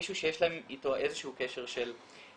מישהו שיש להם איתו איזה שהוא קשר של אמון.